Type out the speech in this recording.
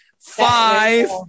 Five